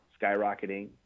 skyrocketing